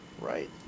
right